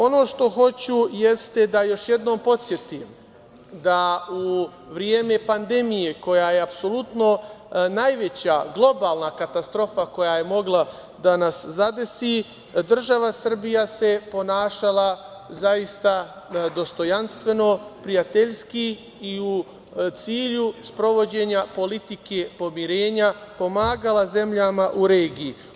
Ono što hoću, jeste da još jednom podsetim da u vreme pandemije, koja je apsolutno najveća globalna katastrofa koja je mogla da nas zadesi, država Srbija se ponašala zaista dostojanstveno, prijateljski i u cilju sprovođenja politike pomirenja, pomagala zemljama u regiji.